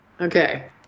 Okay